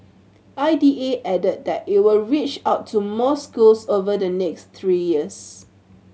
I D A added that it will reach out to more schools over the next three years